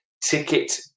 ticket